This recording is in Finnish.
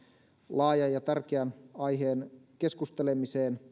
laajan ja tärkeän aiheen keskusteluun